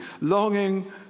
longing